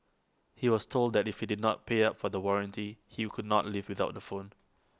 he was told that if he did not pay up for the warranty he'll could not leave without the phone